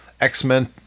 X-Men